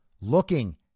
looking